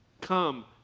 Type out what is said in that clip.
come